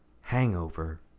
Hangover